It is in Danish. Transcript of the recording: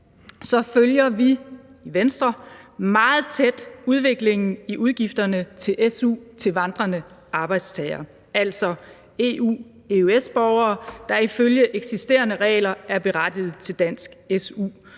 så følger vi i Venstre meget tæt udviklingen i udgifterne til su til vandrende arbejdstagere, altså EU-/EØS-borgere, der ifølge eksisterende regler er berettiget til dansk su,